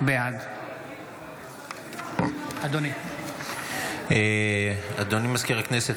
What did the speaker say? בעד אדוני מזכיר הכנסת,